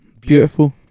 beautiful